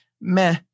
meh